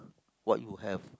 what you have